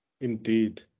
Indeed